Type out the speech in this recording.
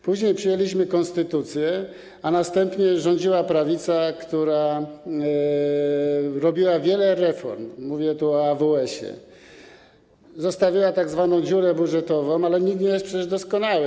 Później przyjęliśmy konstytucję, a następnie rządziła prawica, która robiła wiele reform - mówię tu o AWS-ie, zostawiła tzw. dziurę budżetową, ale nikt nie jest przecież doskonały.